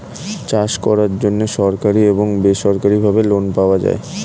চাষ করার জন্য সরকারি এবং বেসরকারিভাবে লোন পাওয়া যায়